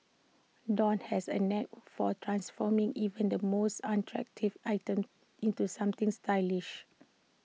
dawn has A knack for transforming even the most unattractive item into something stylish